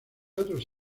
otros